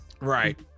right